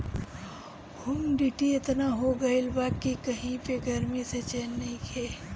humidity एतना हो गइल बा कि कही पे गरमी से चैन नइखे